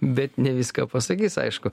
bet ne viską pasakys aišku